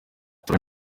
tora